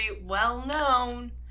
well-known